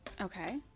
Okay